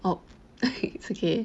oh okay it's okay